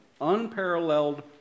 unparalleled